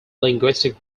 linguistic